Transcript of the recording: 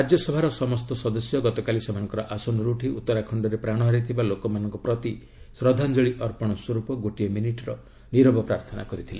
ରାଜ୍ୟସଭାର ସମସ୍ତ ସଦସ୍ୟ ଗତକାଲି ସେମାନଙ୍କର ଆସନରୁ ଉଠି ଉତ୍ତରାଖଣ୍ଡରେ ପ୍ରାଣ ହରାଇଥିବା ଲୋକମାନଙ୍କ ପ୍ରତି ଶ୍ରଦ୍ଧାଞ୍ଜଳୀ ଅର୍ପଣ ସ୍ୱରୂପ ଗୋଟିଏ ମିନିଟ୍ ନିରବ ପ୍ରାର୍ଥନା କରିଥିଲେ